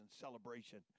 celebration